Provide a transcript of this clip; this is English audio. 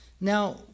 Now